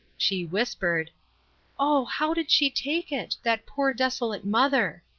she whispered oh, how did she take it that poor, desolate mother?